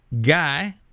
Guy